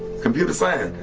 computer science.